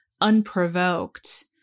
unprovoked